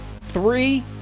three